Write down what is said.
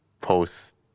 post